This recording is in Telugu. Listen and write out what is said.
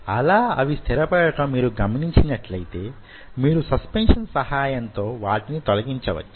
అలా అవి స్థిరపడటం మీరు గమనించినట్లైతే మీరు సస్పెన్షన్ సహాయంతో వాటిని తొలగించవచ్చు